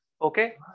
okay